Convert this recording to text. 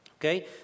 Okay